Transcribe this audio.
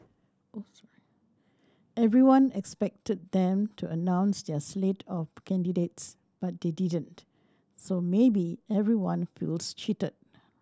everyone expected them to announce their slate of candidates but they didn't so maybe everyone feels cheated